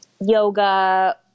Yoga